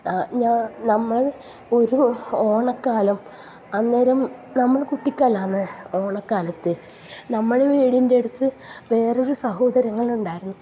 നമ്മൾ ഒരു ഓണക്കാലം അന്നേരം നമ്മൾ കുട്ടിക്കാലാന്ന് ഓണക്കാലത്ത് നമ്മളെ വീടിന്റെ അടുത്ത് വേറൊരു സഹോദരങ്ങളുണ്ടായിരുന്നു